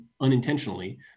unintentionally